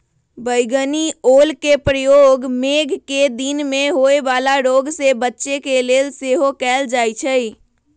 बइगनि ओलके प्रयोग मेघकें दिन में होय वला रोग से बच्चे के लेल सेहो कएल जाइ छइ